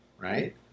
Right